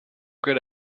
good